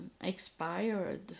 expired